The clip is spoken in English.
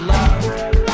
Love